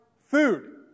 food